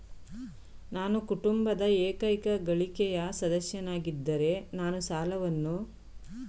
ನಾನು ಕುಟುಂಬದ ಏಕೈಕ ಗಳಿಕೆಯ ಸದಸ್ಯನಾಗಿದ್ದರೆ ನಾನು ಸಾಲವನ್ನು ಪಡೆಯಬಹುದೇ?